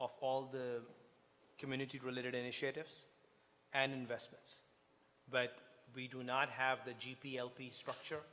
off all the community related initiatives and investments but we do not have the g p l piece structure